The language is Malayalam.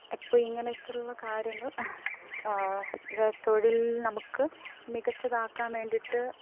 അപ്പോൾ ഇങ്ങനത്തെയുള്ള കാര്യങ്ങള് തൊഴിലില് നമുക്ക് മികച്ചതാക്കാന് വേണ്ടീട്ട്